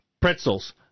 pretzels